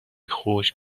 خشک